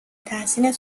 تحسین